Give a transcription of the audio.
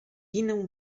ginę